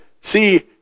see